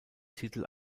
titel